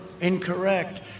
incorrect